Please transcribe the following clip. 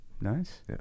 nice